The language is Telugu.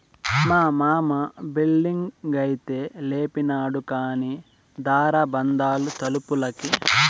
మా మామ బిల్డింగైతే లేపినాడు కానీ దార బందాలు తలుపులకి